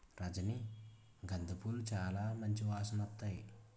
రజనీ గంధ పూలు సాలా మంచి వాసనొత్తాయి